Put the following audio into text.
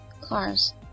cars